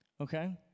okay